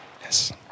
Yes